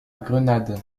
grenade